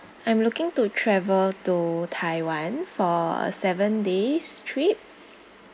I'm looking to travel to taiwan for a seven days trip